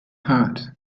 hot